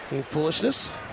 foolishness